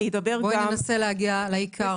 בואי ננסה להגיע לעיקר.